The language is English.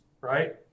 right